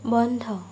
বন্ধ